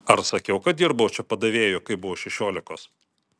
ar sakiau kad dirbau čia padavėju kai buvau šešiolikos